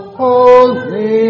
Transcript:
holy